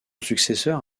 successeur